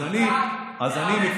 אז אני,